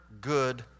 good